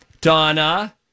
Donna